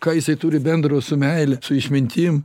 ką jisai turi bendro su meile su išmintim